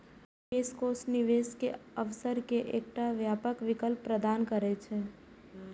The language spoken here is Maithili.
निवेश कोष निवेश केर अवसर के एकटा व्यापक विकल्प प्रदान करै छै